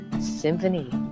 Symphony